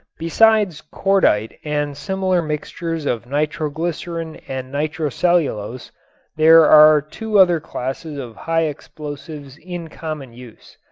besides cordite and similar mixtures of nitroglycerin and nitrocellulose there are two other classes of high explosives in common use.